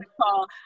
call